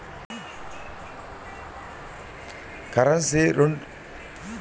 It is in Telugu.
కరెన్సీలో రెండు వేల రూపాయల నోటుని ప్రజాబాహుల్యం నుంచి తొలగించినట్లు చెబుతున్నారు